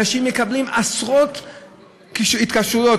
אנשים מקבלים עשרות התקשרויות,